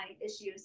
issues